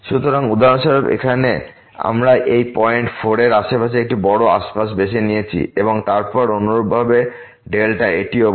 সুতরাং উদাহরণস্বরূপ এখানে আমরা এই পয়েন্ট 4 এর আশেপাশের একটি বড় আশপাশ বেছে নিয়েছি এবং তারপর অনুরূপভাবে এটিও বড়